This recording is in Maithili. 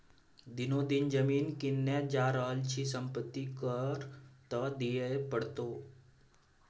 दिनो दिन जमीन किनने जा रहल छी संपत्ति कर त दिअइये पड़तौ